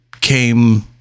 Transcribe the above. came